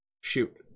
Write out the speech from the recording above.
Shoot